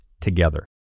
together